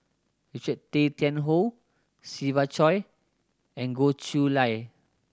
Richard Tay Tian Hoe Siva Choy and Goh Chiew Lye